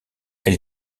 elle